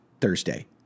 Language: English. Thursday